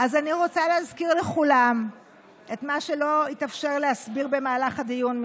אז אני רוצה להזכיר לכולם את מה שלא התאפשר להסביר במהלך הדיון,